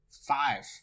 five